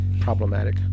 problematic